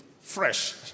fresh